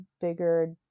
bigger